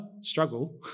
struggle